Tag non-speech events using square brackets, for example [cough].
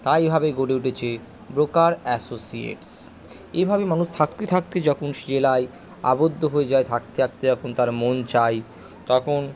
তাই ভাবে গড়ে উঠেছে ব্রোকার অ্যাসোসিয়েটস এভাবে মানুষ থাকতে থাকতে যখন [unintelligible] আবদ্ধ হয়ে যায় থাকতে থাকতে যখন তার মন চায় তখন